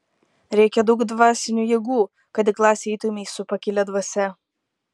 reikia daug dvasinių jėgų kad į klasę eitumei su pakilia dvasia